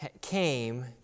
came